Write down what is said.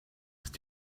ist